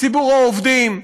ציבור העובדים.